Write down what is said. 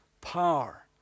power